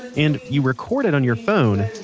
and you record it on your phone,